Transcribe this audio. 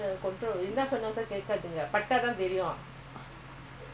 கண்டகண்ட:kanda kanda friends கூடபோயிசேந்தாஇதான்பிரச்னை:kooda poiyi seenha idhaan prachanai